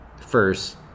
first